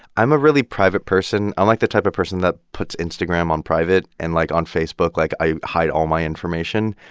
i'm a really private person. i'm like the type of person that puts instagram on private. and, like, on facebook, like, i hide all my information.